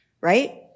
right